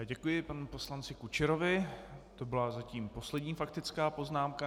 Děkuji panu poslanci Kučerovi, to byla zatím poslední faktická poznámka.